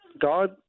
God